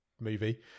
movie